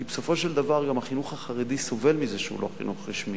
כי בסופו של דבר גם החינוך החרדי סובל מזה שהוא לא חינוך רשמי.